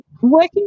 working